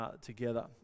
together